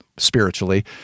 spiritually